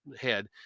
head